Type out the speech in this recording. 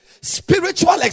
Spiritual